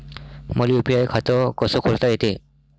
मले यू.पी.आय खातं कस खोलता येते?